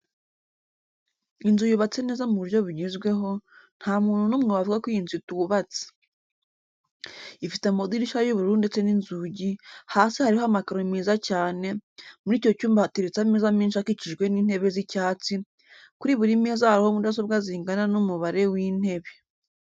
Inzu yubatse neza mu buryo bugezweho, nta muntu n'umwe wavuga ko iyi nzu itubatse. Ifite amadirishya y'ubururu ndetse n'inzugi, hasi harimo amakaro meza cyane, muri icyo cyumba hateretse ameza menshi akikijwe n'intebe z'icyatsi, kuri buri meza hariho mudasobwa zingana n'umubare w'intebe.